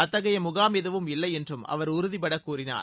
அத்தகைய முகாம் எதுவும் இல்லை என்றும் அவர் உறுதிபடக் கூறினார்